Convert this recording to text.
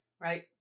Right